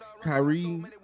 Kyrie